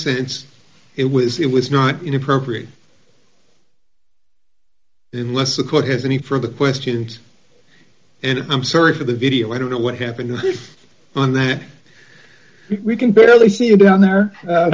sense it was it was not inappropriate unless a court has any further questions and i'm sorry for the video i don't know what happened on that we can barely see you down there a